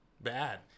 bad